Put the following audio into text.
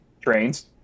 Trains